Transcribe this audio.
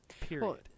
Period